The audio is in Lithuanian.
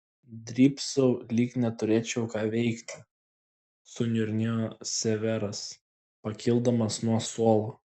drybsau lyg neturėčiau ką veikti suniurnėjo severas pakildamas nuo suolo